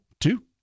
two